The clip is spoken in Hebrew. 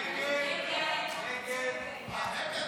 הסתייגות 1 לא